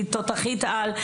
היא תותחית על,